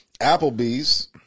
applebee's